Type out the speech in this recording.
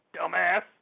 Dumbass